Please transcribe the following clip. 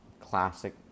classic